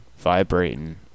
Vibrating